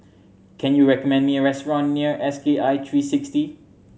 can you recommend me a restaurant near S K I three sixty